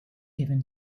given